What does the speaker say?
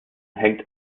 hängt